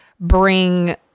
bring